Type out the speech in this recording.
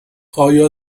آیا